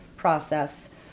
process